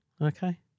okay